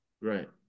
Right